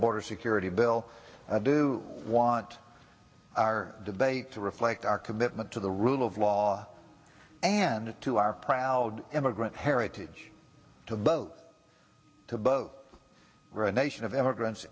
border security bill i do want our debate to reflect our commitment to the rule of law and to our proud immigrant heritage to boat to boat run nation of immigrants